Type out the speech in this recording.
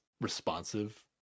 responsive